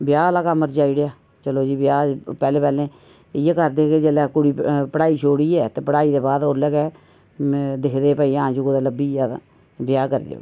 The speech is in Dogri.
ब्याह् आह्ला कम्म रचाई ओड़आ चलो जी ब्याह् पैह्ले पैह्ले इ'यै करदे हे जेल्लै कुड़ी पढ़ाई छोड़ियै ते पढ़ाई दे बाद उसलै गै दिखदे हे भई हां जी कुतै लब्भी जा तां ब्याह् करी ओड़ो